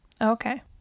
Okay